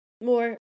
more